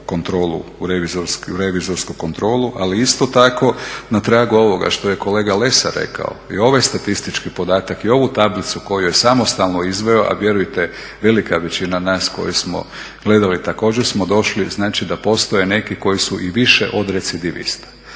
u revizorsku kontrolu. Ali isto tako na tragu ovoga što je kolega Lesar rekao i ovaj statistički podatak i ovu tablicu koju je samostalno izveo, a vjerujte velika većina nas koji smo gledali također smo došli znači da postoje neki koji su i više od recidivista.